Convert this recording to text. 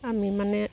আমি মানে